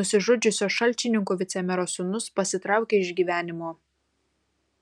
nusižudžiusio šalčininkų vicemero sūnus pasitraukė iš gyvenimo